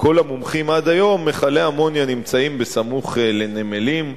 כל המומחים עד היום מכלי האמוניה נמצאים בסמוך לנמלים.